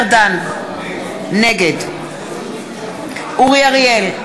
נגד אורי אריאל,